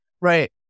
Right